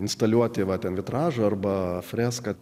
instaliuoti va ten vitražą arba freską